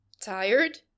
Tired